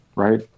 Right